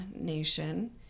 nation